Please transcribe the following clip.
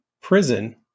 prison